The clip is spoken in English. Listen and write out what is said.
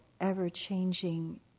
ever-changing